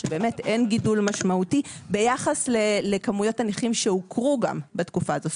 שבאמת אין גידול משמעותי ביחס לכמויות הנכים שהוכרו גם בתקופה הזו.